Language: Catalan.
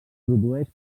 produeix